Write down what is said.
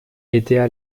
étaient